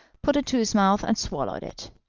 put it to his mouth, and swallowed it.